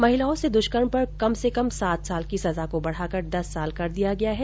महिलाओं से दृष्कर्म पर कम से कम सात साल की सजा को बढाकर दस साल कर दिया गया है